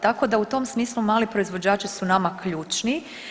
Tako da u tom smislu mali proizvođači su nama ključni.